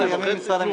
משרד המשפטים.